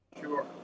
Sure